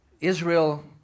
Israel